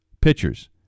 pitchers